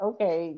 Okay